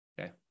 Okay